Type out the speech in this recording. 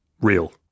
real